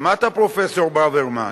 שמעת, פרופסור ברוורמן?